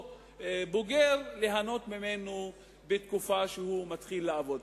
בוגר ליהנות ממנו בתקופה שהוא מתחיל לעבוד,